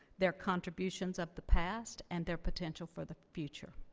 their contributions of the, past and their potential for the future.